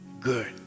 good